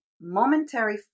momentary